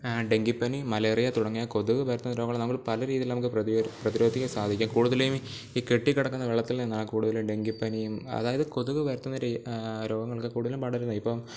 ഡെങ്കിപ്പനി മലേറിയ തുടങ്ങിയ കൊതുകുപരത്തുന്ന രോഗങ്ങള് നമ്മള് പലരീതിയില് നമുക്ക് പ്രതി പ്രതിരോധിക്കാന് സാധിക്കും കൂടുതലും ഈ കെട്ടിക്കിടക്കുന്ന വെള്ളത്തില് നിന്നാണ് കൂടുതലും ഡെങ്കിപ്പനിയും അതായത് കൊതുകുപരത്തുന്ന രേ രോഗങ്ങളൊക്കെ കൂടുതലും പടരുന്നത് ഇപ്പം